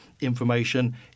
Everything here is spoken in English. information